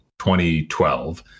2012